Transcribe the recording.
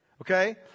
okay